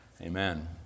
Amen